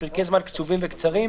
לפרקי זמן קצובים וקצרים,